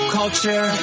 culture